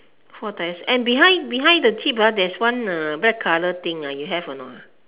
four tyres and behind behind the jeep ah there's one uh black colour thing ah you have or not